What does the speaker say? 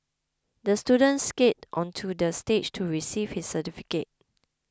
the student skated onto the stage to receive his certificate